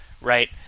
Right